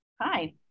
hi